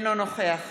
אינו נוכח